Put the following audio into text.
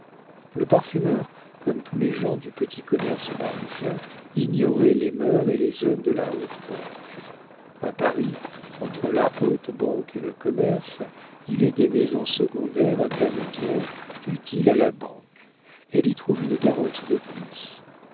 le parfumeur comme tous les gens du petit commerce parisien ignorait les mœurs et les hommes de la haute banque a paris entre la haute banque et le commerce il est des maisons secondaires intermédiaire utile à la banque elle y trouve une garantie de plus